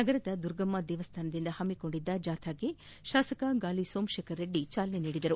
ನಗರದ ದುರ್ಗಮ್ಮ ದೇವಸ್ಥಾನದಿಂದ ಹಮ್ಮಿಕೊಂಡಿದ್ದ ಜಾಥಾಗೆ ಶಾಸಕ ಗಾಲಿ ಸೋಮಶೇಖರ ರೆಡ್ಗಿ ಚಾಲನೆ ನೀಡಿದರು